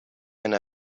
and